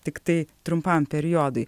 tiktai trumpam periodui